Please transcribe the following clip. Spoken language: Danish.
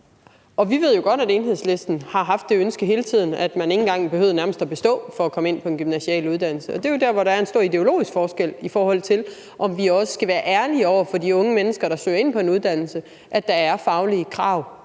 vi ved jo godt, at Enhedslisten har haft det ønske hele tiden, at man nærmest ikke engang behøvede at bestå, for at komme på en gymnasial uddannelse. Og det er jo der, hvor der er en stor ideologisk forskel, i forhold til om vi også skal være ærlige over for de unge mennesker, der søger ind på en uddannelse, om, at der er faglige krav,